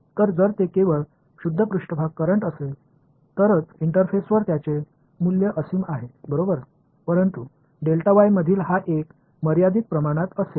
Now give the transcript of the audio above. तर जर ते केवळ शुद्ध पृष्ठभाग करंट असेल तरच इंटरफेसवर त्याचे मूल्य असीम आहे बरोबर परंतु मधील हा एम मर्यादित प्रमाणात असेल